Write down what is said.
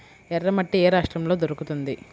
ఎర్రమట్టి ఏ రాష్ట్రంలో దొరుకుతుంది?